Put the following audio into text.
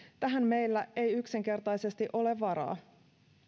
tähän meillä ei yksinkertaisesti ole varaa